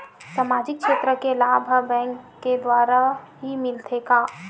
सामाजिक क्षेत्र के लाभ हा बैंक के द्वारा ही मिलथे का?